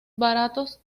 baratos